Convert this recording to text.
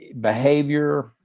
behavior